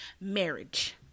marriage